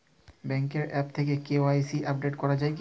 ব্যাঙ্কের আ্যপ থেকে KYC update করা যায় কি?